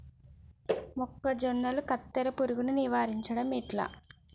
మొక్కజొన్నల కత్తెర పురుగుని నివారించడం ఎట్లా?